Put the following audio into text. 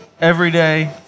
everyday